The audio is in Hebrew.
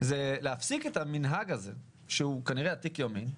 זה להפסיק את המנהג הזה שהוא כנראה עתיק יומין,